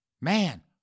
man